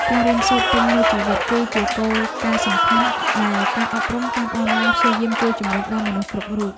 ការរៀនសូត្រពេញមួយជីវិត គឺជាគោលការណ៍សំខាន់ដែលការអប់រំតាមអនឡាញព្យាយាមជួយជំរុញដល់មនុស្សគ្រប់រូប។